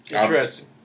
interesting